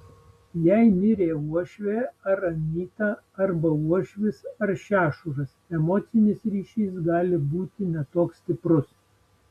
jei mirė uošvė ar anyta arba uošvis ar šešuras emocinis ryšys gali būti ne toks stiprus